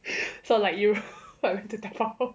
so like you what you have to 打包